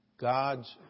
God's